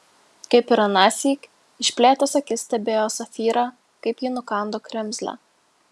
kaip ir anąsyk išplėtęs akis stebėjo safyrą kaip ji nukando kremzlę